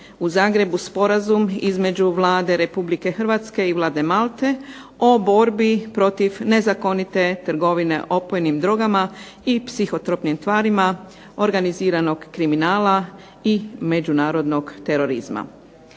u Zagrebu Sporazum između Vlade Republike Hrvatske i Vlade Malte o borbi protiv nezakonite trgovine opojnim drogama i psihotropnim tvarima, organiziranog kriminala i međunarodnog terorizma.